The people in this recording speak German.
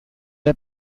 der